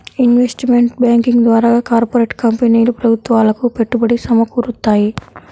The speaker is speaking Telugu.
ఇన్వెస్ట్మెంట్ బ్యాంకింగ్ ద్వారా కార్పొరేట్ కంపెనీలు ప్రభుత్వాలకు పెట్టుబడి సమకూరుత్తాయి